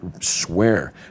swear